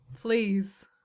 Please